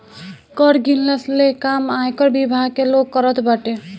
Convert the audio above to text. कर गिनला ले काम आयकर विभाग के लोग करत बाटे